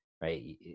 right